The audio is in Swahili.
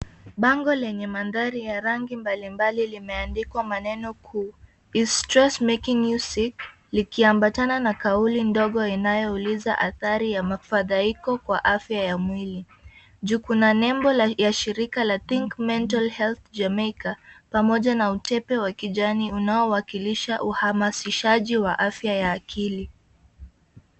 Bango lenye mandhari ya rangi mbali mbali limeandikwa maneno is stress making you sick? likiambatana na kauli ndogo inayo uliza adhari ya mafadhaiko kwa afya ya mwili. Juu kuna na nembo ya shirika la Think mental Health Jamaica pamoja na utepe wa kijani unaowakilisha uhamasishaji wa afya ya akili.